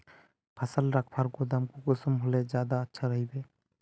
फसल रखवार गोदाम कुंसम होले ज्यादा अच्छा रहिबे?